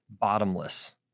bottomless